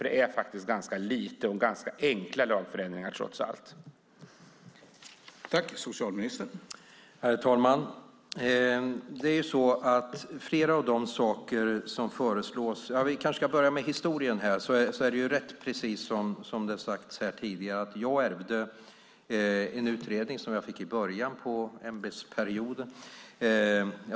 Det är faktiskt ganska lite och ganska enkla lagförändringar det handlar om, trots allt.